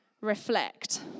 reflect